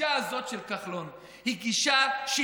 הגישה הזאת של כחלון היא גישה שיטתית.